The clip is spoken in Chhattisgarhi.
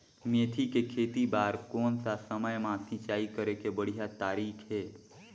मेथी के खेती बार कोन सा समय मां सिंचाई करे के बढ़िया तारीक हे?